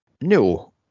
No